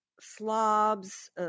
slobs